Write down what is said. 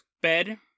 bed